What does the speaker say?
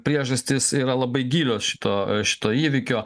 priežastys yra labai gilios šito šito įvykio